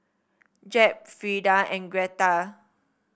Jeb Frida and Gretta